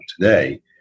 today